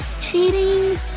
cheating